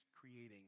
creating